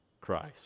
Christ